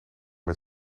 met